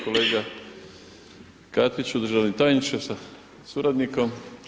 Kolega Katiću, državni tajniče, sa suradnikom.